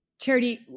Charity